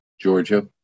Georgia